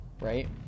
right